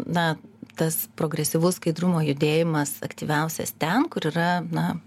na tas progresyvus skaidrumo judėjimas aktyviausias ten kur yra na